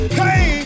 hey